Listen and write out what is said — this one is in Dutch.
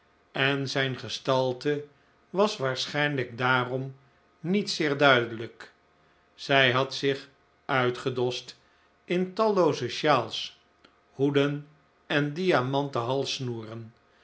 en zijn gestalte was waarschijnlijk daarom niet zeer duidelijk zij had zich uitgedost in tallooze sjaals hoeden en diamanten halssnoeren